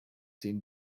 den